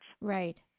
Right